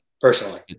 personally